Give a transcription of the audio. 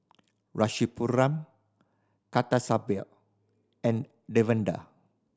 Rasipuram Kasturba and Davinder